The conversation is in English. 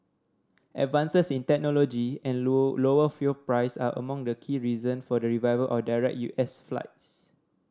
advances in technology and lower fuel price are among the key reason for the revival of direct U S flights